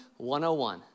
101